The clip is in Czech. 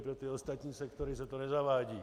Pro ty ostatní sektory se to nezavádí.